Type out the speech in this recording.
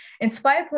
Inspire